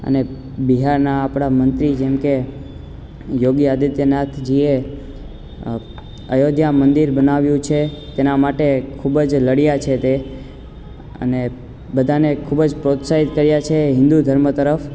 અને બિહારના આપળા મંત્રી જેમકે યોગી આદિત્ય નાથજીએ આયોધ્યા મંદિર બનાવ્યું છે તેના માટે ખૂબ જ લડ્યા છે તે અને બધા ને ખૂબ જ પ્રોત્સાહિત કર્યા છે હિન્દુ ધર્મ તરફ